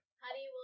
Honey